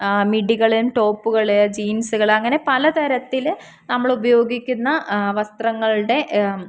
മിടികളും ടോപ്പുകൾ ജീൻസുകൾ അങ്ങനെ പലതരത്തിൽ നമ്മൾ ഉപയോഗിക്കുന്ന വസ്ത്രങ്ങളുടെ